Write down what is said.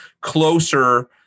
closer